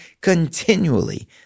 continually